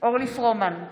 אורלי פרומן,